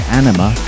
anima